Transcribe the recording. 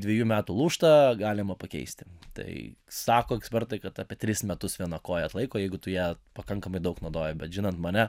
dvejų metų lūžta galima pakeisti tai sako ekspertai kad apie tris metus viena koja atlaiko jeigu tu ją pakankamai daug naudoji bet žinant mane